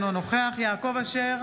אינו נוכח יעקב אשר,